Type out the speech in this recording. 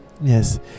yes